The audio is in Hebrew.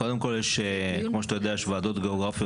קודם כל אתה יודע יש ועדות גיאוגרפיות